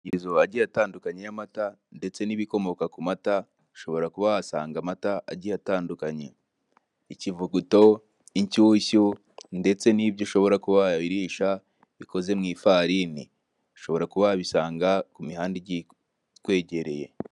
Amakusanyirizo agiye atandukanye y'amata ndetse n'ibikomoka ku mata ushobora kuba wasanga amata agiye atandukanye, ikivuguto inshyushyu ndetse n'ibyo ushobora kuba wabirisha bikoze mu ifarini, ushobora kuba wabisanga ku mihanda igiye ikwegereye.